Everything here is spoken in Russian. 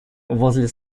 возле